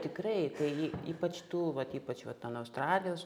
tikrai tai ypač tų vat ypač va ten australijos